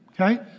okay